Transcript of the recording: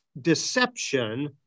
deception